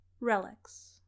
relics